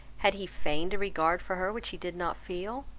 had he feigned a regard for her which he did not feel?